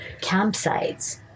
campsites